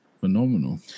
phenomenal